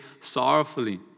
sorrowfully